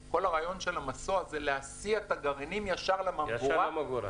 כל הרעיון של המסוע זה להסיע את הגרעינים ישר לממגורה,